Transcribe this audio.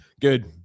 Good